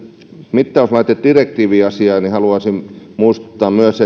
mittauslaitedirektiiviasiaan haluaisin muistuttaa myös